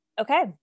Okay